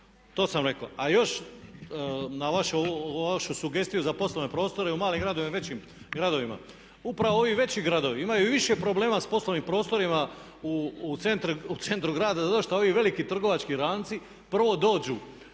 To sam rekao. A još na ovu vašu sugestiju za poslovne prostore u malim gradovima i većim gradovima, upravo ovi veći gradovi imaju više problema s poslovnim prostorima u centru grada zato što ovi veliki trgovački lanci prvo dođu